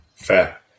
fair